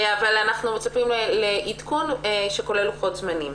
אנחנו מצפים לעדכון שכולל לוחות זמנים.